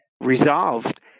resolved